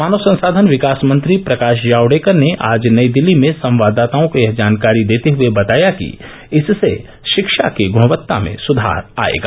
मानव संसाधन विकास मंत्री प्रकाश जावडेकर ने आज नई दिल्ली में संवाददाताओं को यह जानकारी देते हुए बताया कि इससे शिक्षा की गुणवत्ता में सुधार आएगा